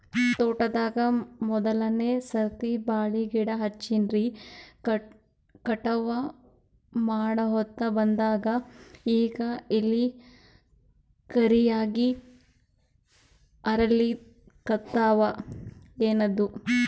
ತೋಟದಾಗ ಮೋದಲನೆ ಸರ್ತಿ ಬಾಳಿ ಗಿಡ ಹಚ್ಚಿನ್ರಿ, ಕಟಾವ ಮಾಡಹೊತ್ತ ಬಂದದ ಈಗ ಎಲಿ ಕರಿಯಾಗಿ ಹರಿಲಿಕತ್ತಾವ, ಏನಿದು?